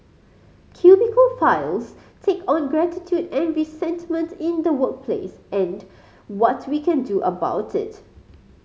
Cubicle Files take on gratitude and resentment in the workplace and what we can do about it